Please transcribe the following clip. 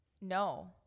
no